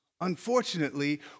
unfortunately